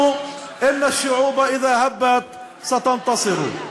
נעשה שהסלעים יבינו אם בני-האדם אינם מבינים: